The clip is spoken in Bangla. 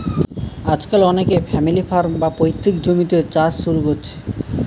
আজকাল অনেকে ফ্যামিলি ফার্ম, বা পৈতৃক জমিতে চাষ শুরু কোরছে